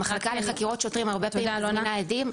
המחלקה לחקירות שוטרים הרבה פעמים לא מזמינה עדים.